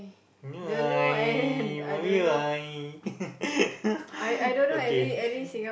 uh I my for me my okay